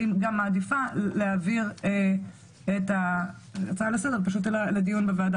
אבל היא מעדיפה להעביר את ההצעה לסדר לדיון בוועדה